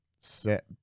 set